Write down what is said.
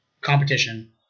competition